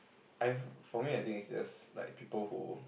I for me I think is just like people who